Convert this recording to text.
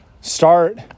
start